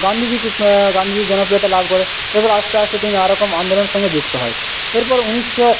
গান্ধীজি গান্ধীজি জনপ্রিয়তা লাভ করে এবার আস্তে আস্তে তিনি নানারকম আন্দোলনের সঙ্গে যুক্ত হয় এরপর ঊনিশশো